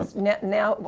it's not? now,